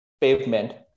pavement